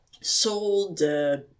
sold